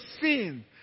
sin